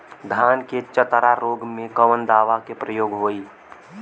धान के चतरा रोग में कवन दवा के प्रयोग होई?